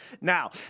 Now